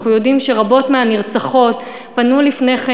אנחנו יודעים שרבות מהנרצחות פנו לפני כן,